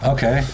Okay